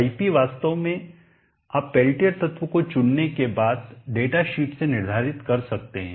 iP वास्तव में आप पेल्टियर तत्व को चुनने के बाद डेटा शीट से निर्धारित कर सकते हैं